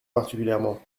particulièrement